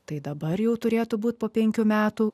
tai dabar jau turėtų būti po penkių metų